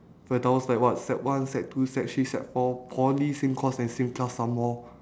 fedaus like what sec one sec two sec three sec four poly same course and same class some more